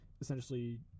essentially